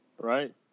Right